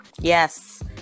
Yes